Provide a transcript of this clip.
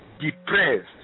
depressed